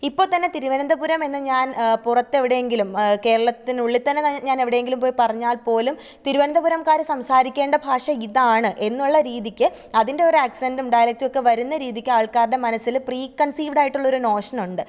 ഇപ്പോൾത്തന്നെ തിരുവനന്തപുരം എന്ന് ഞാന് പുറത്ത് എവിടെയെങ്കിലും കേരളത്തിനുള്ളിൽത്തന്നെ ഞാൻ എവിടെയെങ്കിലും പോയി പറഞ്ഞാല് പോലും തിരുവനന്തപുരംകാർ സംസാരിക്കേണ്ട ഭാഷ ഇതാണ് എന്നുള്ള രീതിക്ക് അതിന്റെ ഒരു ആക്സെന്റ്റും ഡയലെറ്റും ഒക്കെ വരുന്ന രീതിക്ക് ആള്ക്കാരുടെ മനസ്സിൽ പ്രീകണ്സീവ്ഡായിട്ടുള്ളൊരു നോഷനുണ്ട്